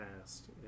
past